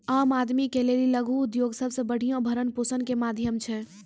आम आदमी के लेली लघु उद्योग सबसे बढ़िया भरण पोषण के माध्यम छै